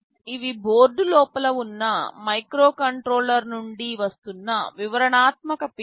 ఇవి బోర్డు లోపల ఉన్న మైక్రోకంట్రోలర్ నుండి వస్తున్న వివరణాత్మక పిన్స్